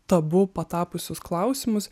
tabu tapusius klausimus